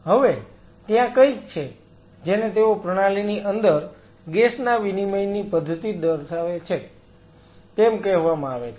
હવે ત્યાં કંઈક છે જેને તેઓ પ્રણાલીની અંદર ગેસ ના વિનિમયની પદ્ધતિ ધરાવે છે તેમ કહેવામાં આવે છે